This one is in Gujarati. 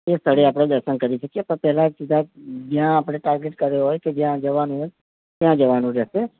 તે સ્થળે આપણે દર્શન કરી શકીએ પણ પેલા સીધા જ્યાં આપણે ટાર્ગેટ કર્યો હોય ત્યાં જવાનું રહેશે